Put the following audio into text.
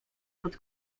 pod